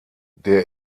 der